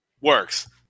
works